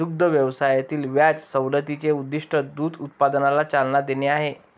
दुग्ध व्यवसायातील व्याज सवलतीचे उद्दीष्ट दूध उत्पादनाला चालना देणे आहे